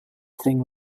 thing